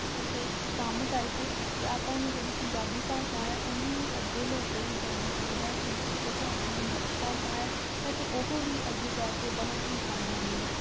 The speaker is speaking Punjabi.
ਕਿਸੇ ਕੰਮ ਕਰਕੇ ਤਾਂ ਆਪਾਂ ਨੂੰ ਜਿਹੜੀ ਪੰਜਾਬੀ ਭਾਸ਼ਾ ਹੈ ਉਹਨੂੰ ਵੀ ਅੱਗੇ ਲੈ ਕੇ ਹੀ ਜਾਣਾ ਚਾਹੀਦਾ ਹੈ ਕਿਉਂਕਿ ਉਹ ਆਪਣੀ ਮਾਤ ਭਾਸ਼ਾ ਹੈ ਅਤੇ ਉਹ ਵੀ ਅੱਗੇ ਜਾ ਕੇ ਬਹੁਤ ਹੀ ਕੰਮ ਆਉਣੀ ਹੈ